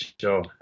sure